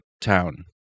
town